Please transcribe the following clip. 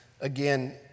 again